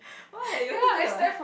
what you all do that what